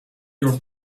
your